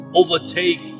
overtake